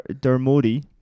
Dermody